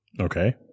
Okay